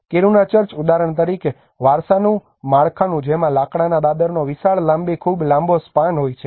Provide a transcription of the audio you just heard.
Kiruna church ઉદાહરણ તરીકે વારસાનું માળખું જેમાં લાકડાના દાદરનો વિશાળ લાંબી ખૂબ લાંબો સ્પાન હોય છે